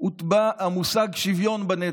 הוטבע המושג "שוויון בנטל".